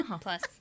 plus